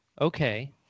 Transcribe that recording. Okay